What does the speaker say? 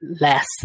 less